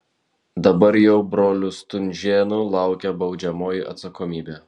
dabar jau brolių stunžėnų laukia baudžiamoji atsakomybė